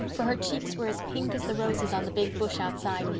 for her cheeks were as pink as the roses on the big bush outside,